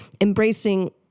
embracing